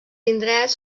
indrets